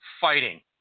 fighting